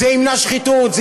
זה ימנע שחיתות,